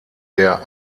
der